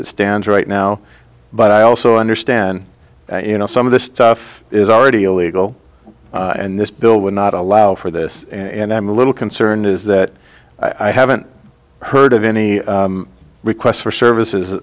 it stands right now but i also understand you know some of the stuff is already illegal and this bill would not allow for this and i'm a little concerned is that i haven't heard of any requests for services